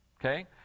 Okay